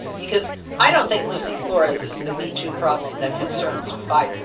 because i don't think lucy flores is the metoo problem that concerns biden.